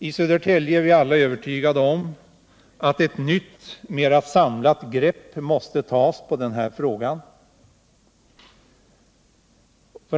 I Södertälje är vi alla överens om att ett nytt, mera samlat grepp måste tas i denna fråga.